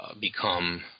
become